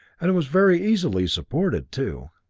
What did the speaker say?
and it was very easily supported, too.